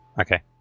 Okay